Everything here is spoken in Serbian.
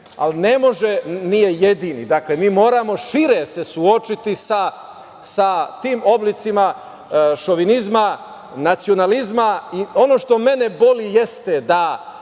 ali nije jedini. Dakle, mi moramo šire se suočiti sa tim oblicima šovinizma, nacionalizma. Ono što mene boli jeste da